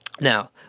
Now